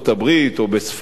או בספרד,